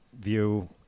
view